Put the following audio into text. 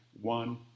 one